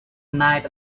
night